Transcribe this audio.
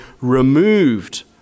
removed